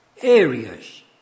areas